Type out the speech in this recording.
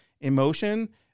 emotion